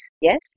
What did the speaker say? yes